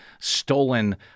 stolen